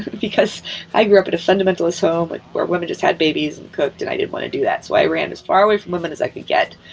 because i grew up in a fundamentalist home where women just had babies and cooked and i didn't want to do that. so i ran as far away from home as i could get.